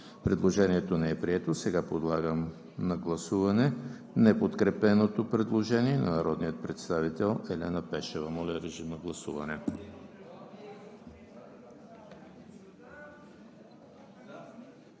Предложението не е прието. Сега подлагам на гласуване неподкрепеното предложение на народния представител Елена Пешева. Гласували